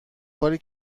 کاری